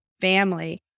family